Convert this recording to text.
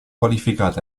qualificate